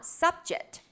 subject